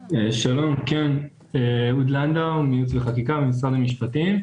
שלום, אהוד לנדאו מייעוץ וחקיקה במשרד המשפטים,